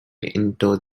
into